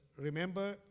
remember